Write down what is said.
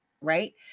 right